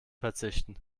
verzichten